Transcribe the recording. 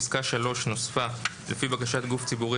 פסקה (3) נוספה: "לפי בקשת גוף ציבורי